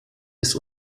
ist